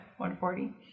140